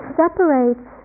separates